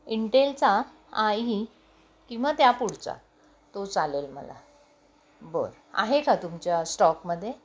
इंटेलचा आही किंवा त्यापुढचा तो चालेल मला बरं आहे का तुमच्या स्टॉकमध्ये